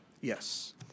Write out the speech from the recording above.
Yes